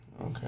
Okay